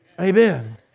Amen